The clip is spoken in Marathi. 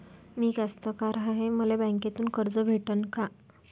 मी कास्तकार हाय, मले बँकेतून कर्ज भेटन का?